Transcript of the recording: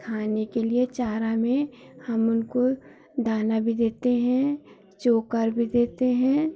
खाने के लिए चारा में हम उनको दाना भी देते हैं चोकर भी देते हैं